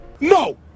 no